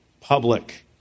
Public